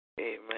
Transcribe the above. Amen